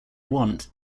want